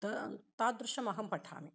त तादृशम् अहं पठामि